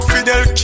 Fidel